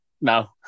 No